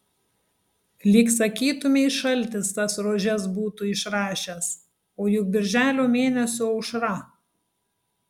lyg sakytumei šaltis tas rožes būtų išrašęs o juk birželio mėnesio aušra